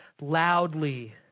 loudly